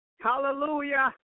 Hallelujah